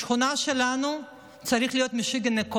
בשכונה שלנו צריך להיות "משיגנע קופ"